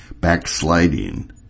backsliding